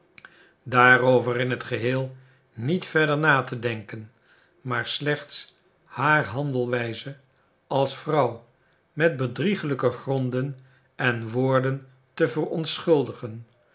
daarover in het geheel niet verder na te denken maar slechts haar handelwijze als vrouw met bedriegelijke gronden en woorden te verontschuldigen